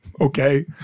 okay